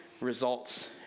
results